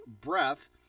breath